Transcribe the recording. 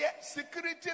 Security